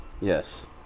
Yes